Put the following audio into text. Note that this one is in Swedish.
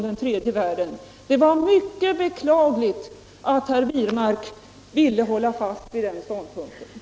Det var mycket beklagligt att herr Wirmark ville hålta fast vid den ståndpunkten.